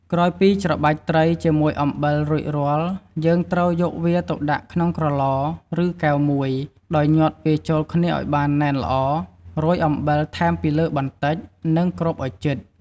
ក្រោយពីច្របាច់ត្រីជាមួយអំបិលរួចរាល់ យើងត្រូវយកវាទៅដាក់ក្នុងក្រឡ ឬ កែវមួយ ដោយញាត់វាចូលគ្នាឱ្យបានណែនល្អ រោយអំបិលថែមពីលើបន្តិច និង គ្របឱ្យជិត។